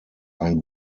ein